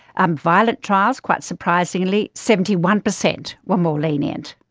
um violence trials, quite surprisingly, seventy one percent were more lenient.